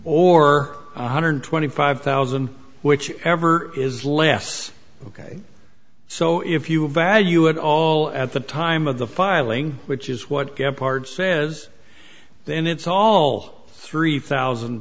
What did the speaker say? one hundred twenty five thousand which ever is less ok so if you value it all at the time of the filing which is what gephardt says then it's all three thousand